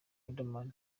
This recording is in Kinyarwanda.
riderman